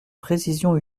précision